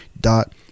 dot